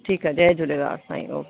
ठीकु आहे जय झूलेलाल साईं ओके